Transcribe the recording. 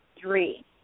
three